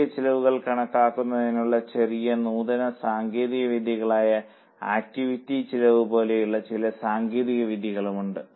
അധിക ചിലവുകൾ കണക്കാക്കുന്നതിനുള്ള ചെറിയ നൂതന സാങ്കേതിക വിദ്യകളായ ആക്ടിവിറ്റി ചെലവ് പോലുള്ള ചില സാങ്കേതിക വിദ്യകളും ഉണ്ട്